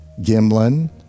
Gimlin